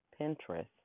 Pinterest